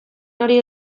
hori